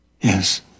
Yes